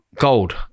gold